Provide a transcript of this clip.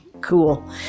cool